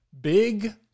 Big